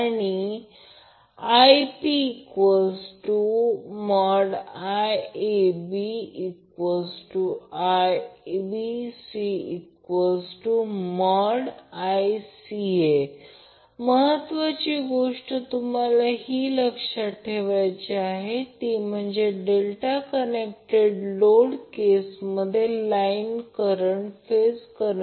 तर याआधी आपण पाहिलेला line current connection line voltage √ 3 line phase voltage आणि ∆ कनेक्टरसाठी volt line current √ 3 phase current